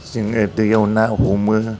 जोङो दैयाव ना हमो